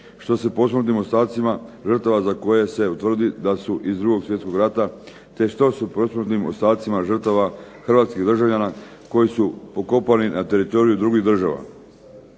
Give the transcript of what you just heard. što se posmrtnim ostatcima žrtava za koje se utvrdi da su iz 2. Svjetskog rata te što sa posmrtnim ostacima žrtava Hrvatskih državljana koji su pokopani na teritoriju drugih država.